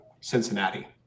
Cincinnati